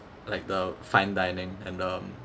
like the fine dining and um